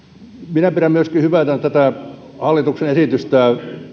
minä pidän hyvänä myöskin tätä hallituksen esitystä